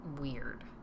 weird